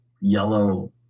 yellow